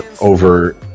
over